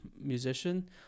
musician